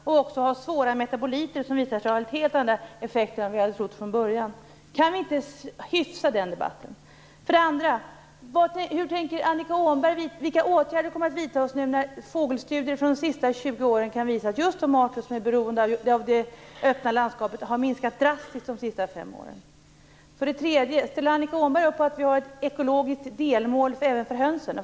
De har också metaboliter som visar sig ha helt andra effekter än vi hade trott från början. Kan vi inte hyfsa debatten? För det andra. Vilka åtgärder kommer att vidtas nu när fågelstudier från de sista 20 åren visar att just de arter som är beroende av det öppna landskapet har minskat drastiskt de sista fem åren? För det tredje. Ställer Annika Åhnberg upp på att vi har ett ekologiskt delmål även för hönsen.